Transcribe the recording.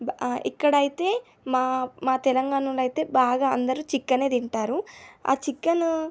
ఇక్కడైతే మా మా తెలంగాణాలో అయితే బాగా అందరూ చికెనే తింటారు ఆ చికెను